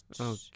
Okay